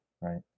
right